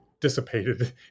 dissipated